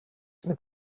mit